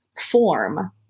form